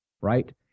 right